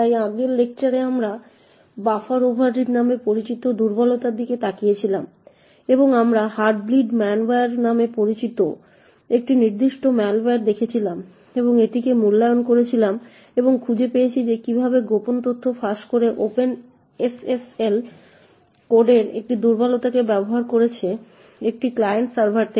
তাই আগের লেকচারে আমরা বাফার ওভাররিড নামে পরিচিত দুর্বলতার দিকে তাকিয়েছিলাম এবং আমরা হার্টব্লিড ম্যালওয়্যার নামে পরিচিত একটি নির্দিষ্ট ম্যালওয়্যার দেখেছিলাম এবং এটিকে মূল্যায়ন করেছিলাম এবং খুঁজে পেয়েছি যে এটি কীভাবে গোপন তথ্য ফাঁস করতে ওপেন এসএসএল কোডের একটি দুর্বলতাকে ব্যবহার করেছে একটি ক্লায়েন্ট সার্ভার থেকে